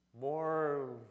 More